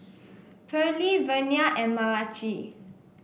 Pearley Vernia and Malachi